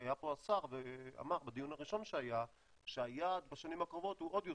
היה פה השר ואמר בדיון הראשון שהיה שהיעד בשנים הקרובות הוא עוד יותר,